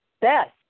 best